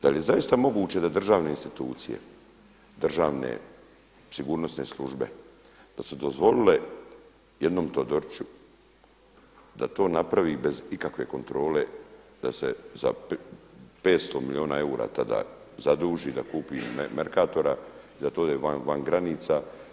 Da li je zaista moguće da državne institucije, državne sigurnosne službe da su dozvolite jednom Todoriću da to napravi bez ikakve kontrole da se za 500 milijuna eura tada zaduži da kupi Mercatora i zato ode van granica.